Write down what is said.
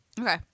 Okay